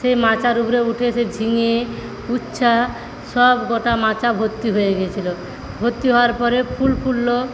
সেই মাচার উপরে উঠে এসে ঝিঙে উচ্ছা সব গোটা মাচা ভর্তি হয়ে গেছিলো ভর্তি হওয়ার পরে ফুল ফুটলো